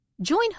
Join